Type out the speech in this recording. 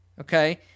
okay